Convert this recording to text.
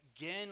again